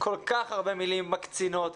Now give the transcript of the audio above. כל כך הרבה מילים מקצינות,